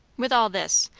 with all this,